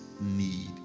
need